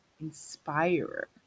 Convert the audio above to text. inspirer